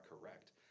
correct